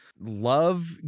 love